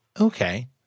Okay